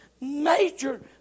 major